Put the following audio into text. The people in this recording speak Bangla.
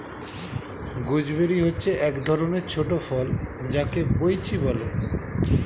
গুজবেরি হচ্ছে এক ধরণের ছোট ফল যাকে বৈঁচি বলে